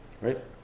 Right